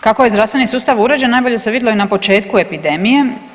Kako je zdravstveni sustav uređen najbolje se vidlo i na početku epidemije.